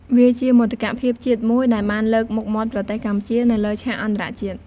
វាជាមោទកភាពជាតិមួយដែលបានលើកមុខមាត់ប្រទេសកម្ពុជានៅលើឆាកអន្តរជាតិ។